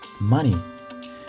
money